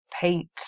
paint